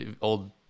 old